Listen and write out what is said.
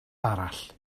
arall